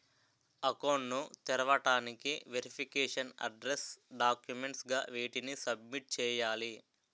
Account ను తెరవటానికి verification address documents గా వేటిని సబ్మిట్ చేయాలి?